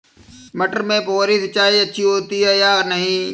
मटर में फुहरी सिंचाई अच्छी होती है या नहीं?